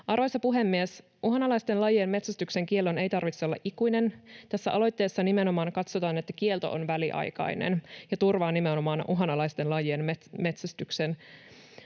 Arvoisa puhemies! Uhanalaisten lajien metsästyksen kiellon ei tarvitse olla ikuinen. Tässä aloitteessa nimenomaan katsotaan, että kielto on väliaikainen ja turvaa nimenomaan uhanalaisten lajien metsästyksen.